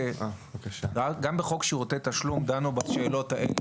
גם בחוק שירותי תשלום דנו בשאלות האלה,